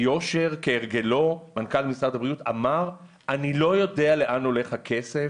אמר ביושר כהרגלו - אני לא יודע לאן הולך הכסף